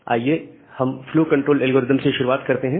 आइए हम flow control algorithm से शुरुआत करते हैं